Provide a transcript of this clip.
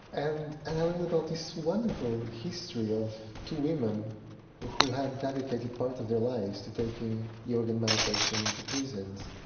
and and i learned about this wonderful history of two women who who had dedicated part of their lives to taking yoga and meditation into prisons.